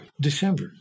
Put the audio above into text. December